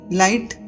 light